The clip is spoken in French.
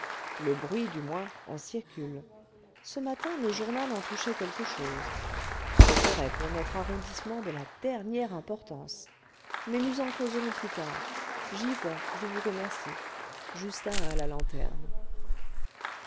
le bruit du moins en circule ce matin le journal en touchait quelque chose ce serait pour notre arrondissement de la dernière importance mais nous en causerons plus tard j'y vois je vous remercie justin a la lanterne